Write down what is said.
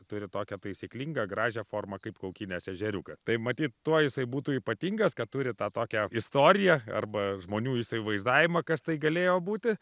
turi tokią taisyklingą gražią formą kaip kaukinės ežeriuko tai matyt tuo jisai būtų ypatingas kad turi tą tokią istoriją arba žmonių įsivaizdavimą kas tai galėjo būti